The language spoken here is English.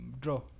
draw